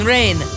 Rain